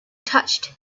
touched